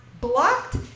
blocked